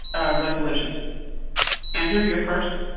resolution andrew you're first.